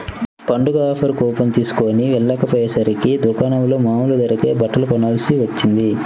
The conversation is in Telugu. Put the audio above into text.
పండగ ఆఫర్ కూపన్ తీస్కొని వెళ్ళకపొయ్యేసరికి దుకాణంలో మామూలు ధరకే బట్టలు కొనాల్సి వచ్చింది